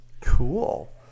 Cool